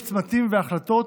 יש צמתים והחלטות